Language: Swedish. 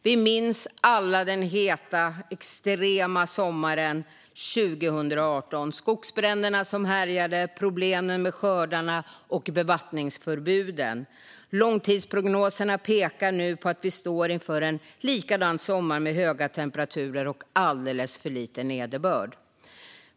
Vi minns alla den heta, extrema sommaren 2018 och skogsbränderna som härjade, problemen med skördarna och bevattningsförbuden. Långtidsprognoserna pekar nu på att vi står inför en likadan sommar med höga temperaturer och alldeles för lite nederbörd.